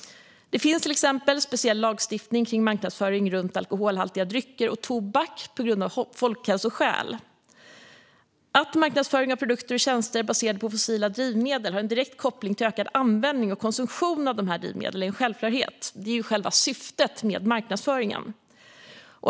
Det finns till exempel speciell lagstiftning av folkhälsoskäl när det gäller marknadsföring av alkoholhaltiga drycker och tobak. Att marknadsföring av produkter och tjänster baserade på fossila drivmedel har en direkt koppling till ökad användning och konsumtion av drivmedel är en självklarhet. Det är ju själva syftet med marknadsföringen.